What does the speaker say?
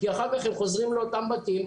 כי אחר כך הם חוזרים לאותם בתים,